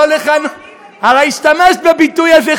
הרי השתמשת בביטוי הזה,